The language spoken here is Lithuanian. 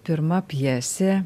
pirma pjesė